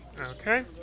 Okay